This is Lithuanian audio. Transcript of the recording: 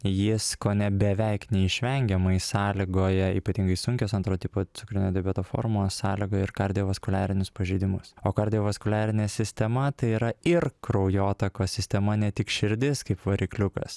jis kone beveik neišvengiamai sąlygoja ypatingai sunkios antro tipo cukrinio diabeto formos sąlygoja ir kardiovaskuliarinius pažeidimus o kardiovaskuliarinė sistema tai yra ir kraujotakos sistema ne tik širdis kaip varikliukas